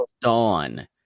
dawn